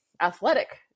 athletic